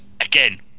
Again